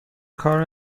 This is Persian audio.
کار